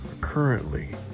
currently